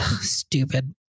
stupid